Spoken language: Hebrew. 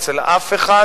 אצל אף אחד,